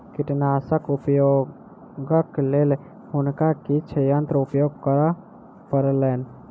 कीटनाशकक उपयोगक लेल हुनका किछ यंत्र उपयोग करअ पड़लैन